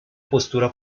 postura